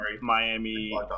Miami